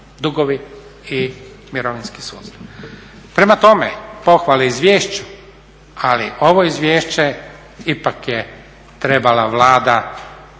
dugovi i mirovinski sustav. Prema tome, pohvale izvješću ali ovo izvješće ipak je trebala Vlada